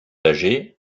âgé